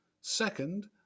Second